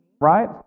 Right